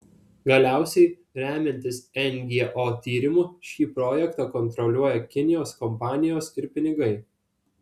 galiausiai remiantis ngo tyrimu šį projektą kontroliuoja kinijos kompanijos ir pinigai